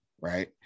right